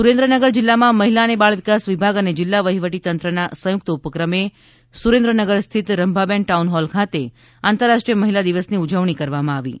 સુરેન્દ્રનગર જીલ્લામાં મહિલા અને બાળ વિકાસ વિભાગ અને જિલ્લા વહીવટી તંત્રના સંયુક્ત ઉપક્રમે સુરેન્દ્રનગર સ્થિત રંભાબેન ટાઉનહોલ ખાતે આંતરાષ્ટ્રીય મહિલા દિવસની ઉજવણી કરવામાં આવી હતી